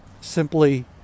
simply